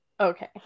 Okay